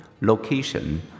location